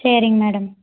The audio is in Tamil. சரிங் மேடம்